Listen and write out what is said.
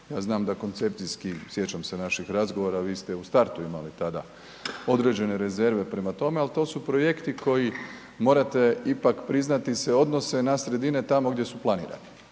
Ja znam da koncepcijski, sjećam se naših razgovora, vi ste u startu imali tada određene rezerve prama tome, al to su projekti koji morate ipak priznati se odnose na sredine tamo gdje su planirani,